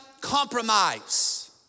compromise